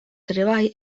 treball